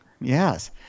Yes